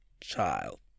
Child